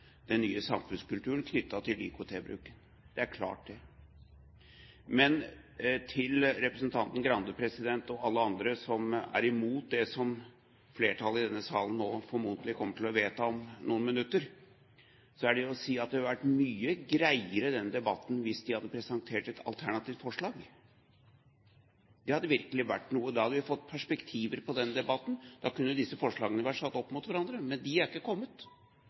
den nye samfunnskulturen knyttet til IKT-bruk. Det er klart, det. Men til representanten Skei Grande og alle andre som er imot det som flertallet i denne salen nå formodentlig kommer til å vedta om noen minutter, er det det å si at denne debatten hadde vært mye greiere hvis de hadde presentert et alternativt forslag. Det hadde virkelig vært noe. Da hadde vi fått perspektiv på denne debatten. Da kunne disse forslagene vært satt opp mot hverandre. Men de har ikke kommet.